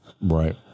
Right